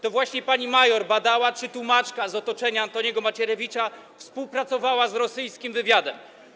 To właśnie pani major badała, czy tłumaczka z otoczenia Antoniego Macierewicza współpracowała z rosyjskim wywiadem.